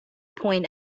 point